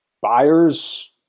buyers